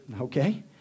Okay